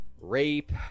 rape